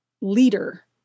leader